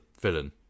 villain